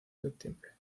septiembre